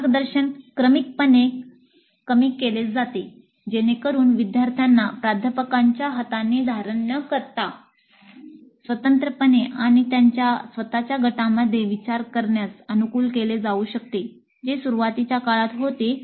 मार्गदर्शन क्रमिकपणे कमी केले जाते जेणेकरून विद्यार्थ्यांना प्राध्यापकांच्या हातांनी धारण न करता स्वतंत्रपणे आणि त्यांच्या स्वतःच्या गटांमध्ये विचार करण्यास अनुकूल केले जाऊ शकते जे सुरुवातीच्या काळात होते